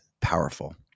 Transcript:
powerful